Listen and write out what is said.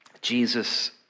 Jesus